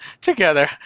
together